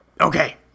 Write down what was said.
Okay